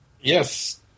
Yes